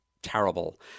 terrible